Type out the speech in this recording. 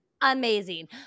amazing